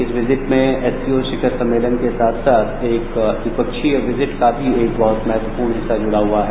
इस विजिट में एसयू शिखर सम्मेलन के साथ साथ एक द्विपक्षीय विजिट का भी एक बहुत महत्वपूर्ण हिस्सा जड़ा हुआ है